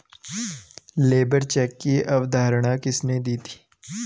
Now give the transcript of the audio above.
Labour check की अवधारणा किसने दी थी?